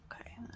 Okay